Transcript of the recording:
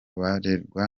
barerwa